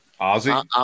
Ozzy